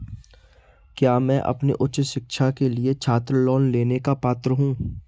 क्या मैं अपनी उच्च शिक्षा के लिए छात्र लोन लेने का पात्र हूँ?